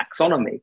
taxonomy